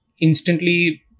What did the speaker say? instantly